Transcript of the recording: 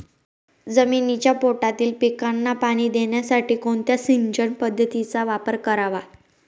जमिनीच्या पोटातील पिकांना पाणी देण्यासाठी कोणत्या सिंचन पद्धतीचा वापर करावा?